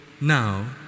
now